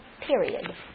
period